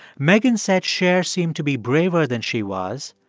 megan said cher seemed to be braver than she was,